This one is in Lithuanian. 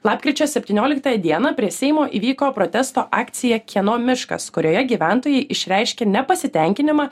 lapkričio septynioliktąją dieną prie seimo įvyko protesto akcija kieno miškas kurioje gyventojai išreiškė nepasitenkinimą